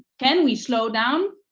can we slow down,